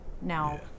now